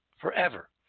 forever